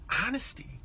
honesty